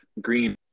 green